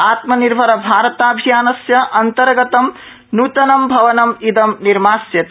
आत्मनिर्भरभारताभियानस्य अन्तर्गतं नूतनं भवनम् इदं निर्मास्यते